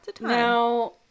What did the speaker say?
Now